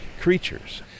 creatures